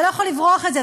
אתה לא יכול לברוח מזה.